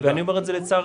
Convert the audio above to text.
ואני אומר את זה לצערי.